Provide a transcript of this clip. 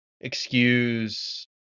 excuse